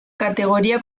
categoría